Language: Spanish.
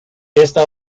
esta